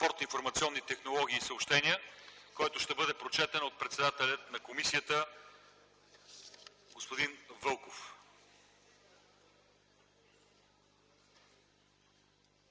информационните технологии и съобщенията, който ще бъде прочетен от председателя на комисията господин Вълков.